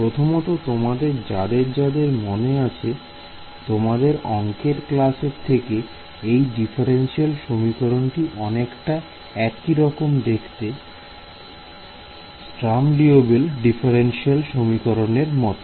প্রথমত তোমাদের যাদের যাদের মনে আছে তোমাদের অংকের ক্লাসের থেকে এই ডিফারেনশিয়াল সমীকরণটি অনেকটা একই রকম দেখতে স্টারম লিওবিল ডিফারেনশিয়াল সমীকরণ এর মত